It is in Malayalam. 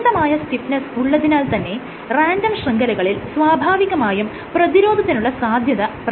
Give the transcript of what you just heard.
നിയതമായ സ്റ്റിഫ്നെസ്സ് ഉള്ളതിനാൽ തന്നെ റാൻഡം ശൃംഖലകളിൽ സ്വാഭാവികമായും പ്രതിരോധത്തിനുള്ള സാധ്യത പ്രകടമാണ്